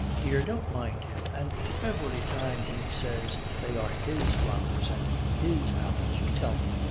dear, don't mind him. and every time he says they are his flowers and his apples, you tell me,